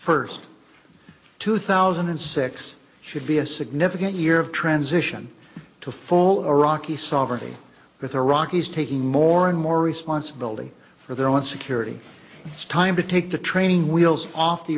first two thousand and six should be a significant year of transition to full iraqi sovereignty with iraqis taking more and more responsibility for their own security it's time to take the training wheels off the